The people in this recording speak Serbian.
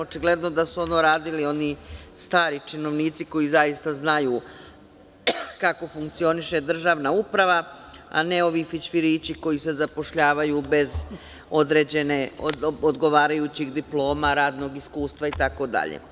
Očigledno je da su ono radili oni stari činovnici koji zaista znaju kako funkcioniše državna uprava, a ne ovi fićfirići koji se zapošljavaju bez odgovarajućih diploma, radnog iskustva itd.